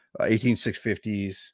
18650s